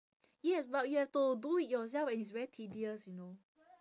yes but you have to do it yourself and it's very tedious you know